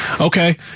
okay